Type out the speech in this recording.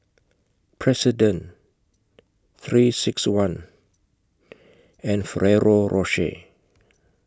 President three six one and Ferrero Rocher